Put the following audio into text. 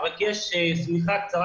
אבל יש שמיכה קצרה,